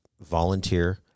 volunteer